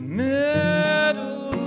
middle